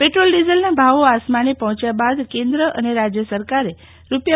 petrol ડીઝલના ભાવો આસમાને પહોંચ્યા બાદ કેન્દ્ર અને રાજ્ય સરકારે રૂા